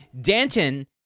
Danton –